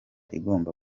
igomba